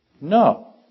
No